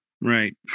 Right